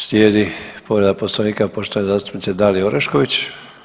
Slijedi povreda Poslovnika poštovane zastupnice Dalije Orešković.